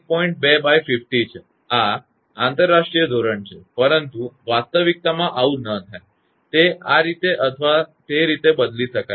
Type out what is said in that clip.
2×50 છે આ આંતરરાષ્ટ્રીય ધોરણ છે પરંતુ વાસ્તવિકતામાં આવું ન થાય તે આ રીતે અથવા તે રીતે બદલી શકાય છે